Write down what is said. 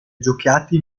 giocati